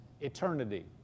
eternity